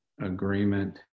agreement